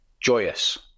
Joyous